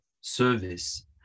service